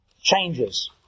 changes